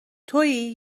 توئی